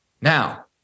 Now